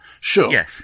Sure